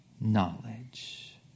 knowledge